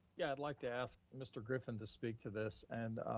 yeah, i'd like to ask mr. griffin to speak to this and